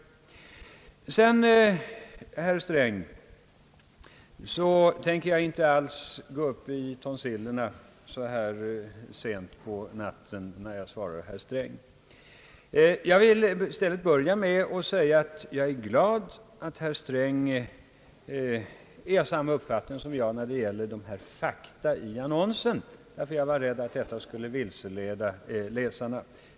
Sedan tänker jag inte alls gå upp i tonsillerna så här sent på natten när jag svarar herr Sträng. Jag vill i stället börja med att säga, att jag är glad att herr Sträng är av samma uppfattning som jag när det gäller »fakta» i annonsen, därför att jag var rädd att detta skulle vilseleda läsarna.